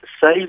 save